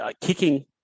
kicking